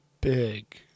big